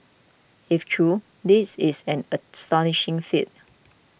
if true this is an astonishing feat